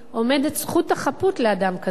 עומדת זכות החפות לאדם כזה.